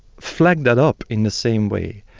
flag that up in the same way,